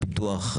הפיתוח,